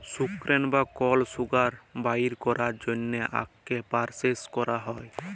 sucrose বা কল sugar বাইর ক্যরার জ্যনহে আখকে পরসেস ক্যরা হ্যয়